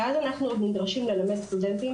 ואז אנחנו עוד נדרשים ללמד סטודנטים.